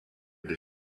des